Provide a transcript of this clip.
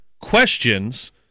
questions